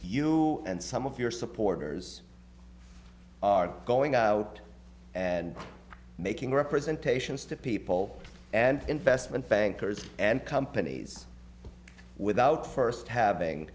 you and some of your supporters are going out and making representations to people and investment bankers and companies without first having